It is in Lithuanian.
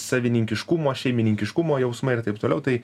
savininkiškumo šeimininkiškumo jausmai ir taip toliau tai